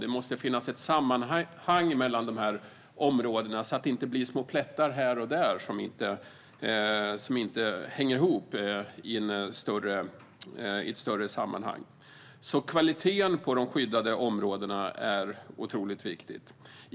Det måste finnas ett sammanhang mellan de här områdena så att det inte blir små plättar här och där som inte hänger ihop i ett större sammanhang. Kvaliteten på de skyddade områdena är alltså otroligt viktig.